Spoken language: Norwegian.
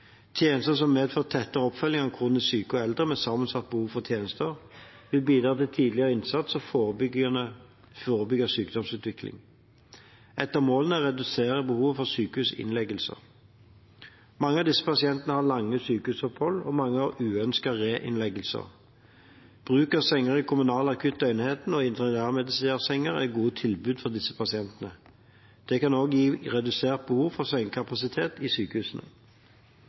Tjenester som medfører tettere oppfølging av kronisk syke og eldre med et sammensatt behov for tjenester, vil bidra til tidligere innsats og forebygge sykdomsutvikling. Ett av målene er å redusere behovet for sykehusinnleggelser. Mange av disse pasientene har lange sykehusopphold, og mange har uønskete reinnleggelser. Bruk av senger i kommunal akutt døgnenhet og intermediærsenger er gode tilbud til disse pasientene. Det kan også gi redusert behov for sengekapasitet i sykehusene.